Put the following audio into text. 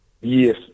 Yes